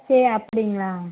அப்படிங்களா